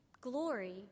glory